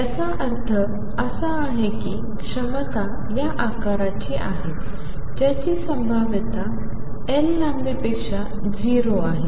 याचा अर्थ असा आहे की ही क्षमता या आकाराची आहे ज्याची संभाव्यता L लांबीपेक्षा 0 आहे